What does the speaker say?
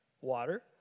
water